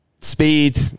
speed